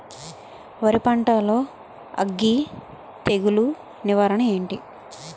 వరి పంటలో అగ్గి తెగులు నివారణ ఏంటి?